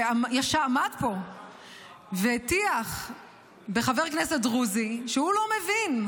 שעמד פה והטיח בחבר כנסת דרוזי שהוא לא מבין,